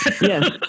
yes